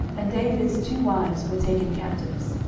and david's two wives were taken captives,